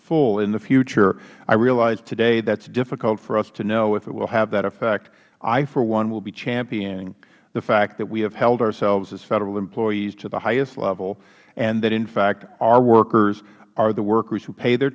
full in the future i realize today that it is difficult for us to know if it will have that effect i for one will be championing the fact that we have held ourselves as federal employees to the highest level and that in fact our workers are the workers who pay their